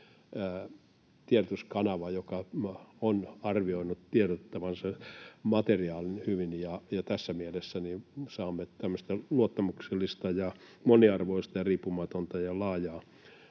tiedotuskanava, joka on arvioinut tiedottamansa materiaalin hyvin, ja tässä mielessä saamme tämmöistä luottamuksellista, moniarvoista, riippumatonta ja laajalla